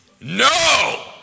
No